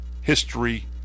history